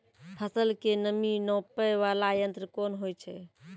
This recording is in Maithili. फसल के नमी नापैय वाला यंत्र कोन होय छै